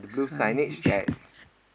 signage